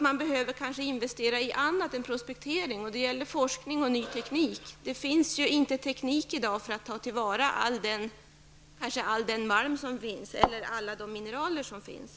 Man behöver kanske också investera i annat än prospektering. Det gäller forskning och ny teknik. Det finns i dag inte teknik för att ta till vara all den malm eller alla de mineraler som finns.